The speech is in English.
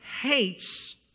hates